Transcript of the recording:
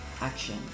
action